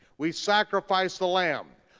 we sacrifice the lamb,